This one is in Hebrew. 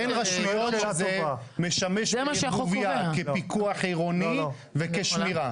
אין רשויות שזה משמש בערבוביה כפיקוח עירוני וכשמירה?